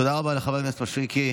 תודה רבה לחבר הכנסת משריקי.